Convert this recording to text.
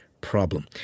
problem